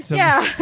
yeah.